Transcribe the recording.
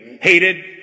hated